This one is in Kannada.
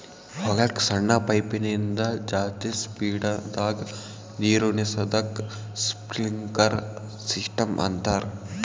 ಹೊಲಕ್ಕ್ ಸಣ್ಣ ಪೈಪಿನಿಂದ ಜಾಸ್ತಿ ಸ್ಪೀಡದಾಗ್ ನೀರುಣಿಸದಕ್ಕ್ ಸ್ಪ್ರಿನ್ಕ್ಲರ್ ಸಿಸ್ಟಮ್ ಅಂತಾರ್